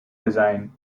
design